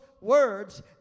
words